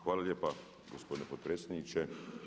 Hvala lijepa gospodine potpredsjedniče.